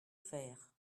faire